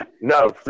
No